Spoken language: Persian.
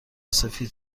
سفید